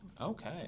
Okay